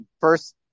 first